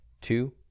two